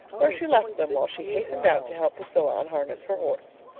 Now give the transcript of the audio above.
where she left them while she hastened out to help priscilla unharness her horse.